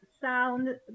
sound